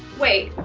wait